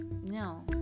No